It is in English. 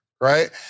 Right